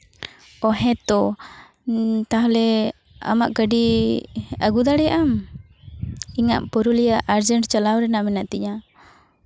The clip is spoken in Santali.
ᱚ ᱦᱮᱸᱛᱚ ᱛᱟᱦᱚᱞᱮ ᱟᱢᱟᱜ ᱜᱟᱹᱰᱤ ᱟᱹᱜᱩ ᱫᱟᱲᱮᱭᱟᱜ ᱟᱢ ᱤᱧᱟᱹᱜ ᱯᱩᱨᱩᱞᱤᱭᱟ ᱟᱨᱡᱮᱱᱴ ᱪᱟᱞᱟᱣ ᱨᱮᱱᱟᱜ ᱢᱮᱱᱟᱜ ᱛᱤᱧᱟᱹ